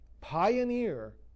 pioneer